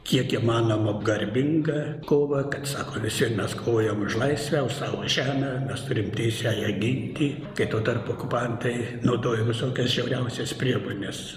kiek įmanoma garbinga kova kaip sako vis tiek mes kovojam už laisvę už savo žemę mes turim teisę ją ginti kai tuo tarpu okupantai naudojo visokias žiauriausias priemones